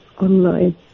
online